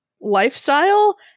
lifestyle